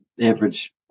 average